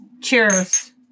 Cheers